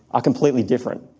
are completely different.